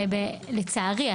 לצערי,